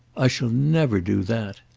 i shall never do that.